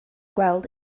gweld